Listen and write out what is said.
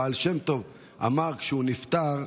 הבעל שם טוב אמר כשהוא נפטר,